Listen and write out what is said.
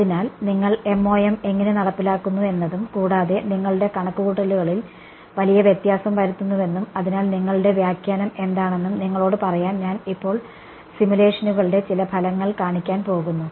അതിനാൽ നിങ്ങൾ MoM എങ്ങനെ നടപ്പിലാക്കുന്നു എന്നതും കൂടാതെ നിങ്ങളുടെ കണക്കുകൂട്ടലുകളിൽ വലിയ വ്യത്യാസം വരുത്തുന്നുവെന്നും അതിനാൽ നിങ്ങളുടെ വ്യാഖ്യാനം എന്താണെന്നും നിങ്ങളോട് പറയാൻ ഞാൻ ഇപ്പോൾ സിമുലേഷനുകളുടെ ചില ഫലങ്ങൾ കാണിക്കാൻ പോകുന്നു